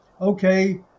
okay